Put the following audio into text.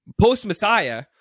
post-Messiah